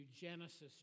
Genesis